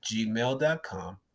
gmail.com